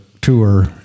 tour